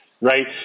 right